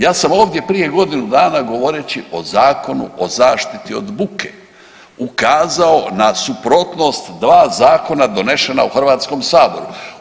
Ja sam ovdje prije godinu dana govoreći o Zakonu o zaštiti od buke ukazao na suprotnost dva zakona donešena u HS-u.